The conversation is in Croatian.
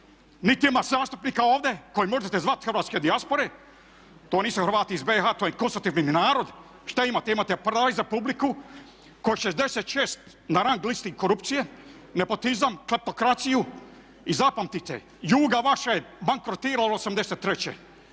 Nit ima zastupnika ovdje koje možete zvati hrvatske dijaspore, to nisu Hrvati iz BiH, to je konstitutivni narod. Šta imate? Imate paraliza publiku koja je 66 na rang listi korupcije, nepotizam, kleptokraciju i zapamtite Juga vaša je bankrotirala '83.